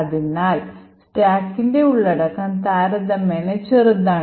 അതിനാൽ സ്റ്റാക്കിന്റെ ഉള്ളടക്കം താരതമ്യേന ചെറുതാണ്